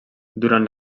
durant